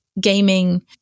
gaming